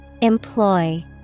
Employ